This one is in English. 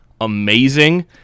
amazing